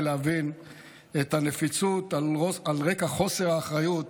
להבין את הנפיצות על רקע חוסר האחריות